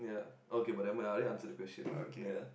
yeah okay but never mind I already answer the question ya